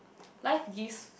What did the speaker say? life gives